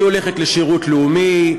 היא הולכת לשירות לאומי,